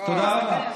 תודה רבה.